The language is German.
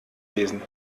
lesen